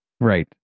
right